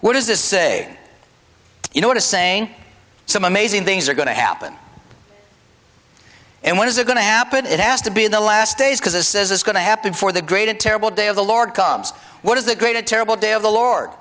what does this say you know to saying some amazing things are going to happen and when is it going to happen it has to be in the last days because it says it's going to happen for the great and terrible day of the lord comes what is the great and terrible day of the lord